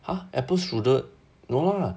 !huh! a e strudel no lah